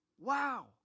Wow